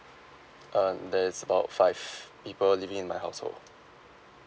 uh there is about five people living in my household